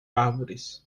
árvores